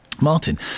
Martin